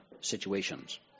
situations